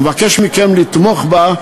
ומבקש מכם לתמוך בה,